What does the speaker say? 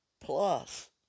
plus